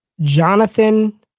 Jonathan